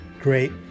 great